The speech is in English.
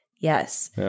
Yes